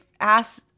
asked